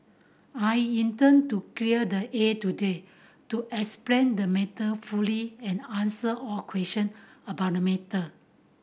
I intend to clear the air today to explain the matter fully and answer all question about the matter